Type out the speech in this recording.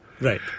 Right